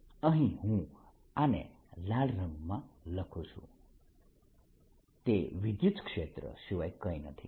અહીં હું આને લાલ રંગમાં લખું છું તે વિદ્યુતક્ષેત્ર સિવાય કંઈ નથી